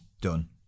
Done